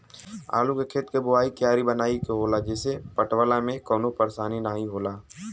आलू के खेत के बोवाइ क्यारी बनाई के होला जेसे पटवला में कवनो परेशानी नाहीम होला